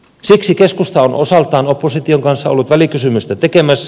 siksi keskusta on osaltaan opposition kanssa ollut välikysymystä tekemässä